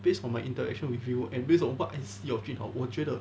based on my interaction with you and based on what is your jun hao 我觉得